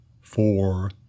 Four